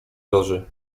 loży